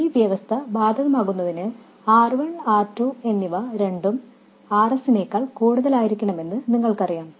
ഈ വ്യവസ്ഥ ബാധകമാകുന്നതിന് R1 R2 എന്നിവ രണ്ടും Rs നേക്കാൾ കൂടുതലായിരിക്കണമെന്ന് നിങ്ങൾക്കറിയാം